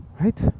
Right